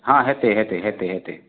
हँ होयतै होयतै होयतै होयतै